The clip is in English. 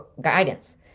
guidance